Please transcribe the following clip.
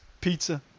pizza